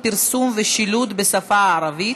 פרסום ושילוט בשפה הערבית),